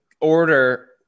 order